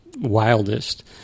wildest